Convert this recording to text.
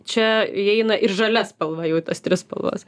čia įeina ir žalia spalva jau tos trys spalvos